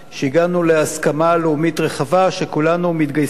שהגענו להסכמה לאומית רחבה שכולנו מתגייסים